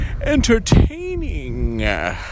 entertaining